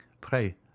Pray